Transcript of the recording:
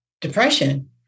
depression